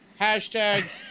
Hashtag